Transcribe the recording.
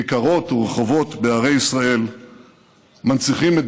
כיכרות ורחובות בערי ישראל מנציחים את